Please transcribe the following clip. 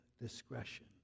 discretion